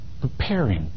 Preparing